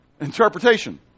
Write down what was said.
Interpretation